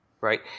right